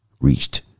reached